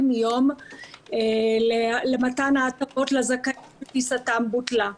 יום למתן ההטבות לזכאים שטיסתם בוטלה.